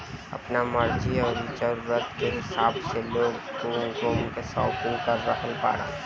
आपना मर्जी अउरी जरुरत के हिसाब से लोग घूम घूम के शापिंग कर रहल बाड़न